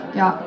ja